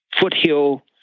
foothill